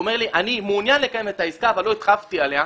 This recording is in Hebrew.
אומר לי שהוא מעוניין לקיים את העסקה אבל לא התחייבתי עליה,